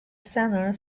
center